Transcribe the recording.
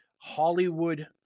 Hollywood